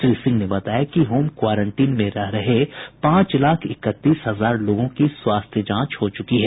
श्री सिंह ने बताया कि होम क्वारेंटीन में रह रहे पांच लाख इकतीस हजार लोगों की स्वास्थ्य जांच हो चुकी है